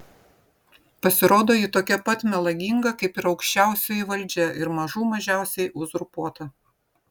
pasirodo ji tokia pat melaginga kaip ir aukščiausioji valdžia ir mažų mažiausiai uzurpuota